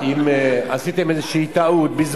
תסלחי לי, זה בדיוק, אני יודע איפה אני חי.